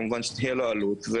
כמובן תהיה לו עלות.